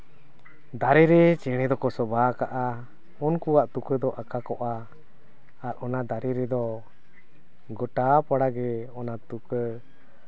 ᱫᱟᱨᱮᱨᱮ ᱪᱮᱬᱮ ᱫᱚᱠᱚ ᱥᱚᱵᱷᱟ ᱟᱠᱟᱜᱼᱟ ᱩᱱᱠᱩᱣᱟᱜ ᱛᱩᱠᱟᱹ ᱠᱚᱫᱚ ᱟᱸᱠᱟ ᱠᱟᱜᱼᱟ ᱟᱨ ᱚᱱᱟ ᱫᱟᱨᱮ ᱨᱮᱫᱚ ᱜᱳᱴᱟ ᱯᱟᱲᱟᱜᱮ ᱚᱱᱟ ᱛᱩᱠᱟᱹ